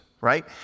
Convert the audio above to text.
right